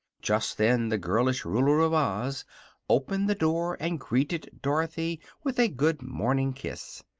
just then the girlish ruler of oz opened the door and greeted dorothy with a good-morning kiss.